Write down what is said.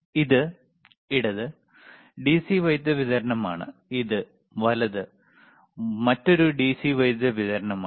ഇത് ഇടത് ഡിസി വൈദ്യുതി വിതരണമാണ് ഇത് വലത് മറ്റൊരു ഡിസി വൈദ്യുതി വിതരണമാണ്